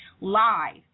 live